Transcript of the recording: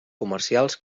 comercials